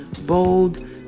bold